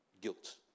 guilt